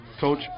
Coach